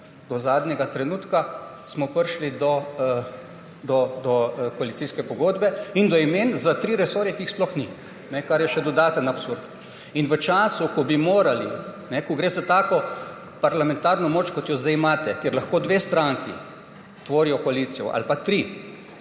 do zadnjega trenutka, do koalicijske pogodbe in do imen za tri resorje, ki jih sploh ni, kar je še dodaten absurd. V času, ko gre za tako parlamentarno moč, kot jo zdaj imate, kjer lahko dve stranki tvorita koalicijo, ali pa tri,